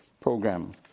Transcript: program